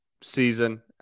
season